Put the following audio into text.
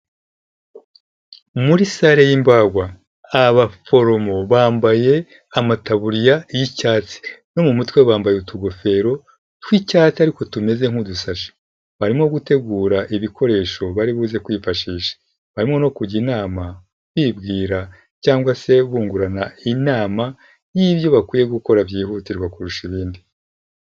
Muri sale y'imbagwa. Abaforomo bambaye amataburiya y'icyatsi. No mu mutwe bambaye utugofero tw'icyatsi ariko tumeze nk'udusashi. Barimo gutegura ibikoresho bari buze kwifashisha. Barimo no kujya inama bibwira cyangwa se bungurana inama y'ibyo bakwiye gukora byihutirwa kurusha ibindi.